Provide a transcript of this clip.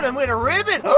um win a ribbon.